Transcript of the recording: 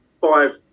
five